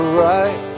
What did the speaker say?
right